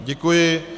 Děkuji.